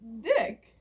dick